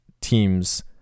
teams